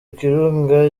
kirunga